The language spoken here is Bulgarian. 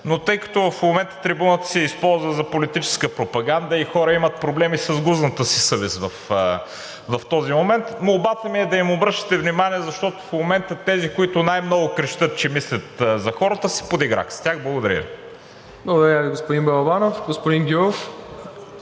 Но тъй като в момента трибуната се използва за политическа пропаганда и хора имат проблеми с гузната си съвест в този момент, молбата ми е да им обръщате внимание, защото в момента тези, които най-много крещят, че мислят за хората, се подиграха с тях. Благодаря. ПРЕДСЕДАТЕЛ МИРОСЛАВ ИВАНОВ: Благодаря